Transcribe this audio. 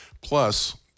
Plus